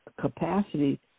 capacity